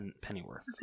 pennyworth